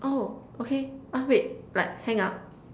oh okay uh wait like hang up